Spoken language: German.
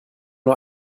nur